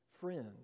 friend